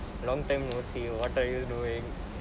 long time no see what are you doing ya